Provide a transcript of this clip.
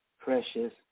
precious